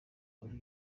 uri